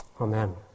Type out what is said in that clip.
Amen